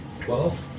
twelve